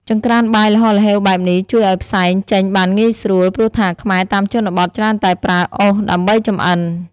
ចង្ក្រានបាយល្ហល្ហេវបែបនេះជួយឱ្យផ្សែងចេញបានងាយស្រួល ព្រោះថាខ្មែរតាមជនបទច្រើនតែប្រើអុសដើម្បីចម្អិន។